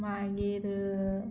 मागीर